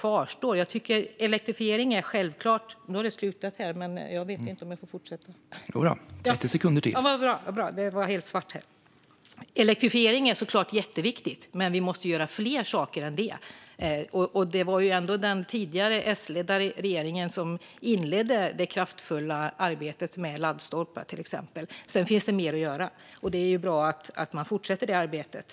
Vad är det vi har lovat att vi ska uppnå? Elektrifiering är såklart jätteviktigt, men vi måste göra fler saker än det. Och det var ändå den tidigare, S-ledda regeringen som inledde det kraftfulla arbetet till exempel med laddstolpar. Sedan finns det mer att göra, och det är ju bra att man fortsätter det arbetet.